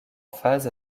phase